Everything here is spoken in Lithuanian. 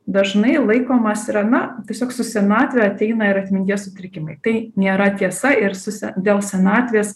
dažnai laikomas yra na tiesiog su senatve ateina ir atminties sutrikimai tai nėra tiesa ir su se dėl senatvės